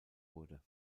wurde